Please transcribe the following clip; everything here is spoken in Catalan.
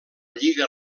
lliga